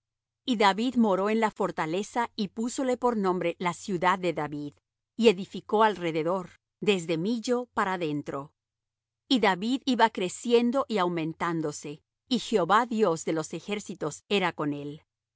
y david moró en la fortaleza y púsole por nombre la ciudad de david y edificó alrededor desde millo para adentro y david iba creciendo y aumentándose y jehová dios de los ejércitos era con él